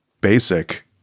Basic